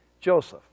Joseph